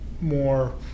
more